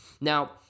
Now